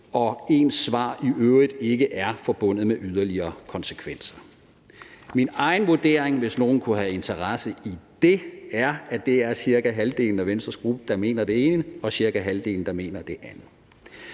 når ens svar i øvrigt ikke er forbundet med yderligere konsekvenser. Min egen vurdering, hvis nogen kunne have interesse i den, er, at det er cirka halvdelen af Venstres gruppe, der mener det ene, og cirka halvdelen, der mener det andet.